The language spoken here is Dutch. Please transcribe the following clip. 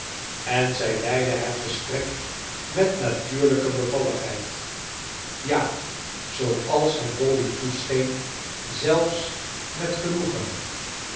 en zij leidde het gesprek met natuurlijke bevalligheid ja zooals het dolly toescheen zelfs met genoegen